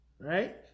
right